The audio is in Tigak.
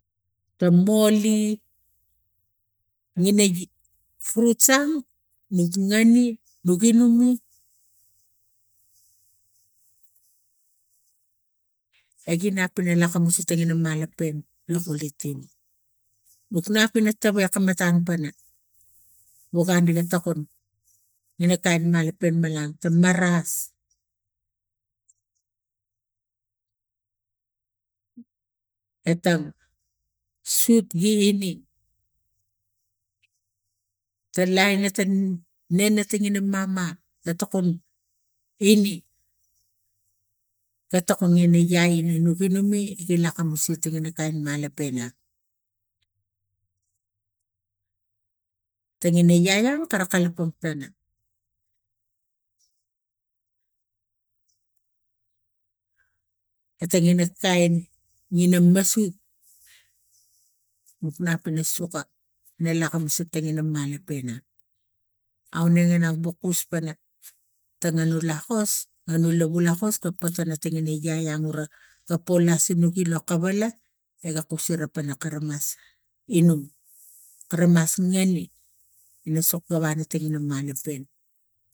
Ta poli rina gi pruts a nok ngan e nogi nanu e ginap pana lakamus ateninga malape no kuluting nuk nap ina tawai akam matam pana wokani ga tokun ina kain malape malat ta maras etan sut gi ni ta lian la tanum nen na tangin ni mama ga tokon ene ga tokon ere iaa ina nuk inum e i lakamus i tingina kain mala pena. Tingina kain ina masu nok nap pana soka ina lakamus kleteengina malapenga aunege na ga kus pana tangano lakos ano lav lakos ga patana tingena iai ian guna ga pol lasino ga kawala ega kusina pona karans